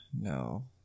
No